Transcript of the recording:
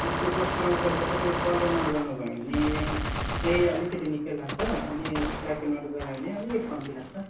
त्यसको कस्टमाइज गरेको तपाईँले कलरमा गर्नुभयो भने चाहिँ अलिकति निकै लाग्छ अनि ब्याल्क एन्ड वाइट गर्यो भने अलिकति कम्ती लाग्छ